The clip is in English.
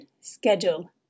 schedule